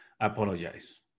apologize